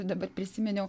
ir dabar prisiminiau